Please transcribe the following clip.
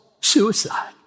suicide